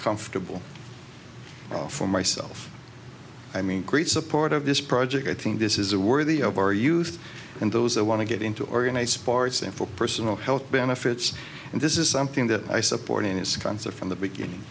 comfortable for myself i mean great support of this project i think this is a worthy of our youth and those that want to get into organized sports and for personal health benefits and this is something that i support in this concert from the beginning